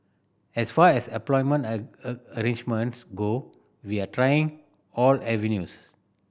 as far as employment a a arrangements go we are trying all avenues